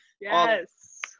yes